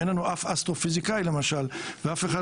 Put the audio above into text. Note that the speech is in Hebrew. אין לנו אף אסטרופיזיקאי למשל ואף אחד